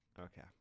Okay